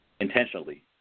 intentionally